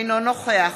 אינו נוכח